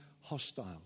hostile